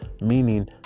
meaning